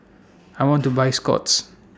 I want to Buy Scott's